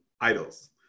idols